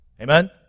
Amen